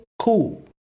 cool